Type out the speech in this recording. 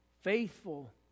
faithful